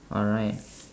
alright